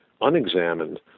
unexamined